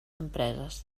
empreses